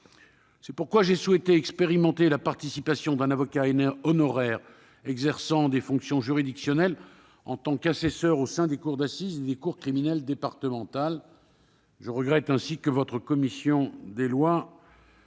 C'est pourquoi j'ai souhaité expérimenter la participation d'un avocat honoraire exerçant des fonctions juridictionnelles en tant qu'assesseur au sein des cours d'assises et des cours criminelles départementales. Aussi, je regrette que votre commission des lois